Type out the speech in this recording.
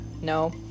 No